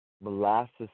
molasses